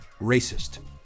racist